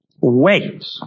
Wait